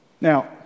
Now